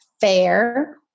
fair